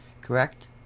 Correct